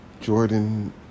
Jordan